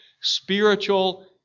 spiritual